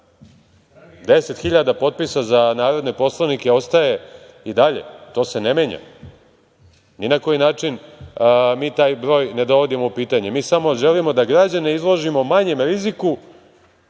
hiljada potpisa za narodne poslanike ostaje i dalje, to se ne menja. Ni na koji način mi taj broj ne dovodimo u pitanje. Mi samo želimo da građane izložimo manjem riziku